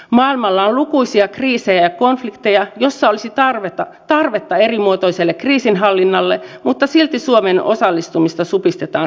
maailmalla on lukuisia kriisejä ja konflikteja joissa olisi tarvetta erimuotoiselle kriisinhallinnalle mutta silti suomen osallistumista supistetaan säästösyistä